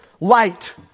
Light